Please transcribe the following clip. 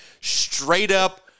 straight-up